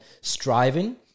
striving